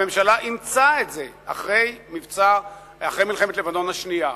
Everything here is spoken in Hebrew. הממשלה אימצה את זה אחרי מלחמת לבנון השנייה,